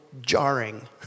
jarring